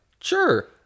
Sure